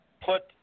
put